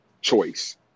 choice